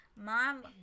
Mom